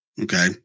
okay